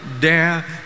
dare